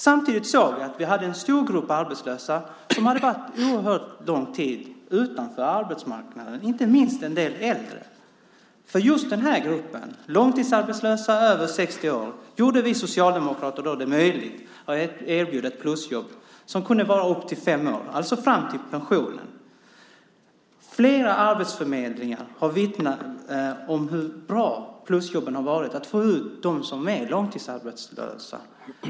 Vi sade samtidigt att vi hade en stor grupp arbetslösa som hade varit väldigt lång tid utanför arbetsmarknaden - inte minst en del äldre. För just gruppen långtidsarbetslösa över 60 år gjorde vi socialdemokrater det möjligt att få ett plusjobb som kunde vara upp till fem år, alltså fram till pensionen. Flera arbetsförmedlingar har vittnat om hur bra plusjobben har varit för att få ut dem som är långtidsarbetslösa.